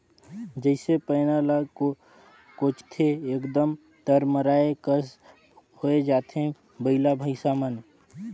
जइसे पैना ल कोचथे एकदम तरमराए कस होए जाथे बइला भइसा मन